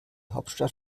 hauptstadt